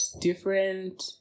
different